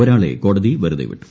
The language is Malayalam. ഒരാളെ കോടതി വെറുതെ വിട്ടു